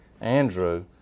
Andrew